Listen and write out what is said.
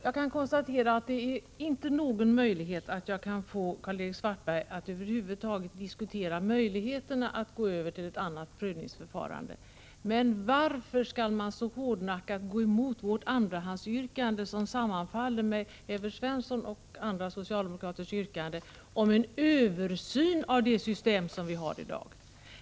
Fru talman! Det tycks inte vara möjligt att få Karl-Erik Svartberg att över huvud taget diskutera möjligheterna att gå över till ett annat prövningsförfarande. Men varför skall man så hårdnackat gå emot vårt andrahandsyrkande, som sammanfaller med Evert Svenssons och andra socialdemokraters yrkande, om en översyn av det system som vi har i dag?